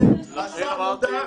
זה מה שאמרתי, לכן אמרתי ועדה קצרה